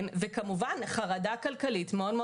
וכמובן חרדה כלכלית גדולה מאוד,